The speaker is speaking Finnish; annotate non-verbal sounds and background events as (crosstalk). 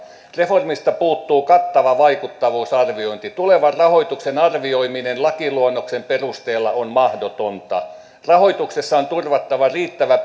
reformista puuttuu kattava vaikuttavuusarviointi tulevan rahoituksen arvioiminen lakiluonnoksen perusteella on mahdotonta rahoituksessa on turvattava riittävä (unintelligible)